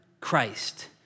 Christ